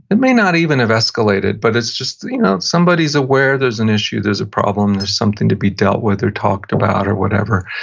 it may not even have escalated, but it's just you know somebody's aware there's an issue, there's a problem, there's something to be dealt with, or talked about, or whatever,